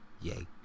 Yay